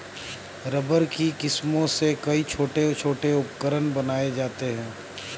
rubber की किस्मों से कई छोटे छोटे उपकरण बनाये जाते हैं